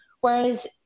Whereas